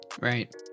Right